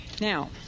Now